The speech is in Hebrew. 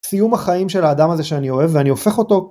סיום החיים של האדם הזה שאני אוהב ואני הופך אותו.